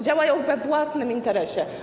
Działają we własnym interesie.